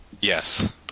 Yes